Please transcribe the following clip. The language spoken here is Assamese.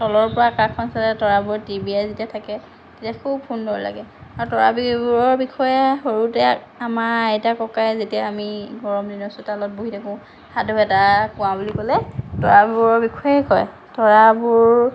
তলৰ পৰা আকাশখন চালে তৰাবোৰ তিৰবিৰাই যেতিয়া থাকে তেতিয়া খুব সুন্দৰ লাগে আৰু তৰাবোৰৰ বিষয়ে সৰুতে আমাৰ আইতা ককাই যেতিয়া আমি গৰম দিনত চোতালত বহি থাকোঁ সাধু এটা কোৱা বুলি ক'লে তৰাবোৰৰ বিষয়েই কয় তৰাবোৰ